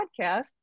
podcast